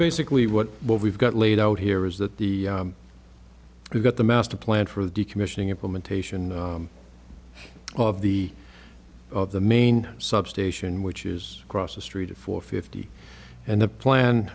basically what we've got laid out here is that the we've got the master plan for the decommissioning implementation of the of the main substation which is across the street at four fifty and the plan